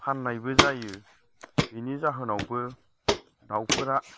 फाननायबो जायो बिनि जाहोनावबो दाउफोरा